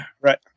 Right